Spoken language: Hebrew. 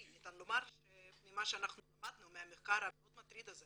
ניתן לומר שממה שלמדנו מהמחקר המטריד הזה